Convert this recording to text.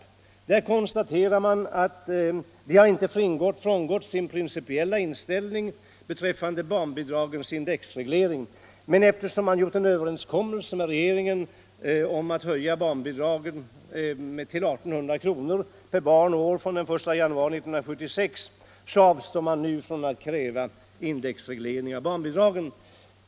I reservationen konstateras att man inte har frångått sin principiella inställning beträffande barnbidragens indexreglering. Men eftersom man har gjort en överenskommelse med regeringen om att höja barnbidragen till 1 800 kr. per barn och år från den 1 januari 1976, avstår man från att nu kräva indexreglering av barnbidragen.